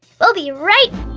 we'll be right